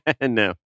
No